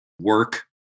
work